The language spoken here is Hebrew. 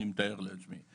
אני מתאר לעצמי.